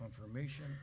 confirmation